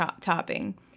topping